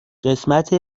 قسمت